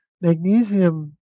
magnesium